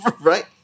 Right